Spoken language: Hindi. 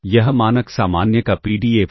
यह मानक सामान्य का पीडीएफ है